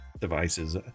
devices